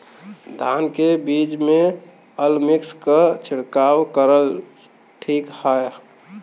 धान के बिज में अलमिक्स क छिड़काव करल ठीक ह?